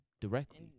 directly